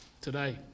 today